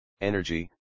Energy